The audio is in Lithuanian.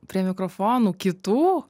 prie mikrofonų kitų